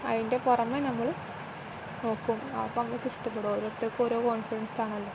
അതിൻ്റെ പുറമെ നമ്മൾ നോക്കും അപ്പം നമുക്ക് ഇഷ്ടപ്പെടും ഓരോരുത്തർക്കും ഓരോ കോൺഫിഡൻസ് ആണല്ലോ